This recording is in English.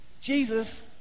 Jesus